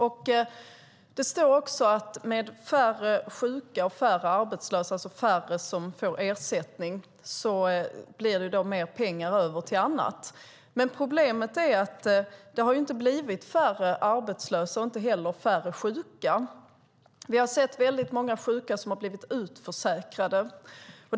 Ministern säger också i svaret att det med färre sjuka och arbetslösa, alltså färre som får ersättning, blir mer pengar över till annat. Men problemet är att det inte har blivit färre arbetslösa och inte heller färre sjuka. Vi har sett väldigt många sjuka som har blivit utförsäkrade.